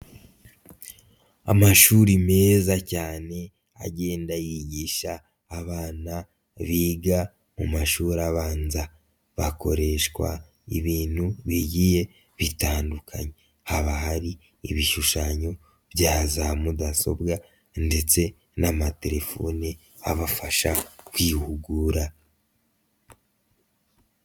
Amashuri meza cyane agenda yigisha abana biga mu mashuri abanza, bakoreshwa ibintu bigiye bitandukanye haba hari ibishushanyo bya zamudasobwa ndetse n'amatelefoni abafasha kwihugura.